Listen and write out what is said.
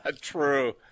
true